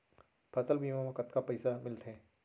फसल बीमा म कतका पइसा मिलथे?